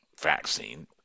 vaccine